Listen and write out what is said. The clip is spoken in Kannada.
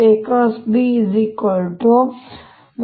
A A